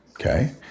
okay